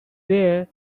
there